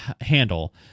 handle